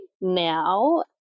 now